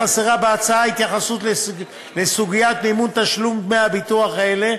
חסרה בהצעה התייחסות לסוגיית מימון תשלום דמי הביטוח האלה,